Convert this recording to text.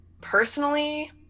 Personally